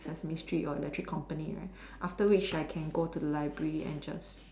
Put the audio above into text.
sesame street or electric company right after which I can go to the library and just